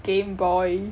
Gameboy